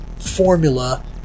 formula